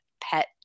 pet